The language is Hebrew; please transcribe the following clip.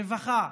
רווחה,